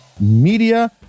Media